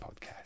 podcast